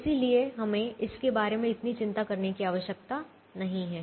इसलिए हमें इसके बारे में इतनी चिंता करने की जरूरत नहीं है